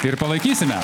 ir palaikysime